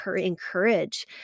encourage